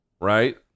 right